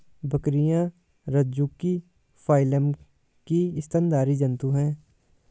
बकरियाँ रज्जुकी फाइलम की स्तनधारी जन्तु है